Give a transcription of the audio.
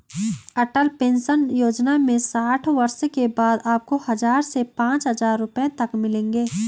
अटल pension योजना में साठ वर्ष के बाद आपको हज़ार से पांच हज़ार रुपए तक मिलेंगे